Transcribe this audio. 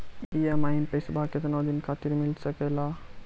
EMI मैं पैसवा केतना दिन खातिर मिल सके ला?